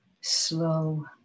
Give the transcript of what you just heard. slow